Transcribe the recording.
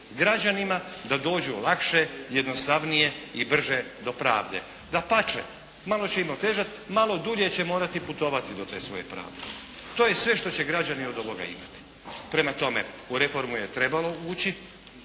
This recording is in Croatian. građanima da dođu lakše, jednostavnije i brže do pravde. Dapače, malo će im otežati, malo dulje će morati putovati do te svoje pravde. To je sve što će građani od ovoga imati. Prema tome, u reformu je trebalo ući